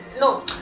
No